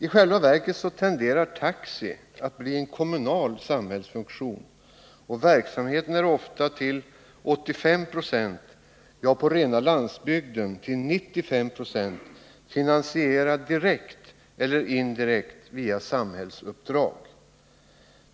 I själva verket tenderar taxi att bli en kommunal samhällsfunktion, och verksamheten är ofta till 85 26 — ja, på rena landsbygden till 95 96 — finansierad direkt eller indirekt via samhällsuppdrag.